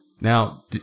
Now